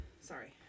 Sorry